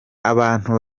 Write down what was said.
abantu